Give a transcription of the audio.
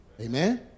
Amen